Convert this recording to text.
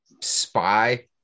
spy